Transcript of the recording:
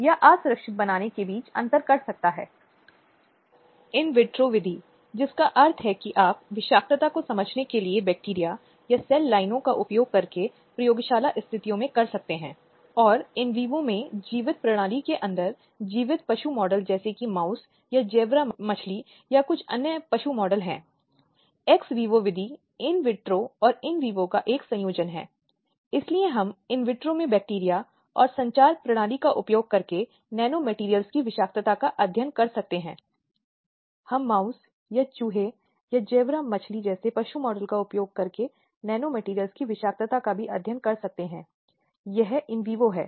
इसलिए उनकी राष्ट्र के विकास में राष्ट्र के उत्थान में विचारों की उत्पत्ति में महत्वपूर्ण भूमिका है और उन विचारों के प्रति आवश्यक समर्थन की उत्पत्ति के लिए और महिलाओं के अधिकारों को बढ़ावा देने के मुद्दे में सिविल सोसाइटियों ने बहुत महत्वपूर्ण भूमिका निभाई है और इसलिए यदि कोई यह देखता है कि भारत में या दुनिया भर में ऐसे नागरिक समाज हैं अगर हम विशेष रूप से गैर सरकारी संगठनों की बात कर सकते हैं जो कि सामने आए हैं